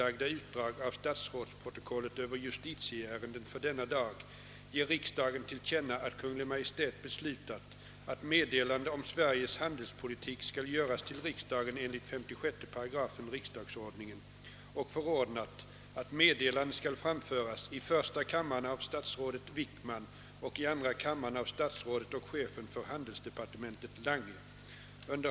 Av denna skrivelse, som nu föredrogs och lades till handlingarna, inhämtades, att Kungl. Maj:t beslutat, att meddelande om Sveriges handelspolitik skulle göras till riksdagen enligt 56 § riksdagsordningen, och förordnat, att meddelandet skulle framföras i första kammaren av statsrådet Wickman och i andra kammaren av statsrådet och chefen för handelsdepartementet Lange.